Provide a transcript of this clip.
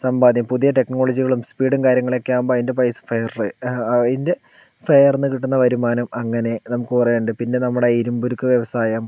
സമ്പാദ്യം പുതിയ ടെക്നോളജികളും സ്പീഡും കാര്യങ്ങളൊക്കെ ആകുമ്പോൾ അയിൻ്റെ പൈസ ഫെയറ് അതിൻ്റെ ഇന്ത്യൻ ഫെയറിന്ന് കിട്ടുന്ന വരുമാനം അങ്ങനെ നമുക്ക് കുറെ ഉണ്ട് പിന്നെ നമ്മടെ ഇരുമ്പുരുക്കു വ്യവസായം